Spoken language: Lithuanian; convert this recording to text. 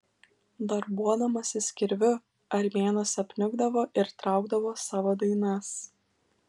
darbuodamasis kirviu armėnas apniukdavo ir traukdavo savo dainas